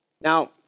Now